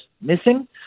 missing